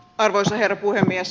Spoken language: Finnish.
arvoisa herra puhemies